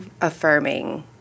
affirming